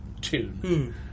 tune